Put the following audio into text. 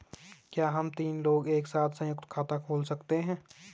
क्या हम तीन लोग एक साथ सयुंक्त खाता खोल सकते हैं?